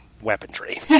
weaponry